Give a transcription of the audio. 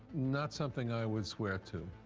not something i would swear to.